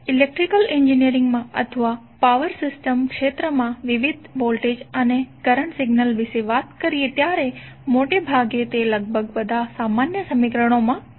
electrical engineering માં અથવા power system ક્ષેત્રમાં વિવિધ વોલ્ટેજ અને કરંટ સિગ્નલ વિશે વાત કરીએ ત્યારે મોટે ભાગે તે લગભગ બધા સામાન્ય સમીકરણોમાં વપરાય છે